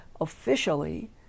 officially